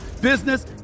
business